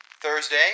Thursday